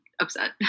upset